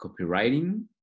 copywriting